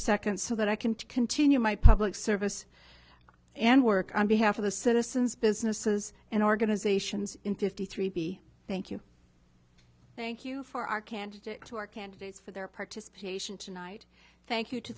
second so that i can continue my public service and work on behalf of the citizens businesses and organizations in fifty three b thank you thank you for our candidate to our candidates for their participation tonight thank you to